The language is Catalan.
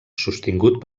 sostingut